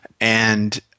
and-